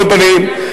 על כל פנים,